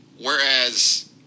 whereas